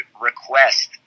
request